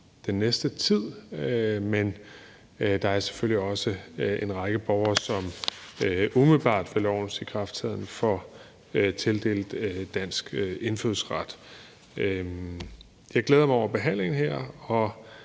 den næste tid, men der er selvfølgelig også en række borgere, som umiddelbart ved lovens ikrafttræden får tildelt dansk indfødsret. Jeg glæder mig over behandlingen her og